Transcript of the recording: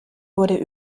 wurde